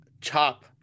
Chop